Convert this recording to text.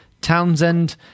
Townsend